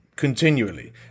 continually